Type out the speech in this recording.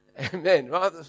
Amen